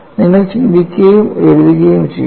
നിങ്ങൾ ചിന്തിക്കുകയും എഴുതുകയും ചെയ്യുന്നു